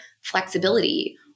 flexibility